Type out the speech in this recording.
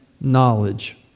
knowledge